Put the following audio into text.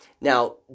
Now